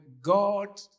God